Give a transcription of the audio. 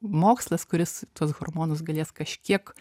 mokslas kuris tuos hormonus galės kažkiek